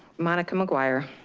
monica maguire.